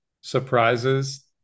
surprises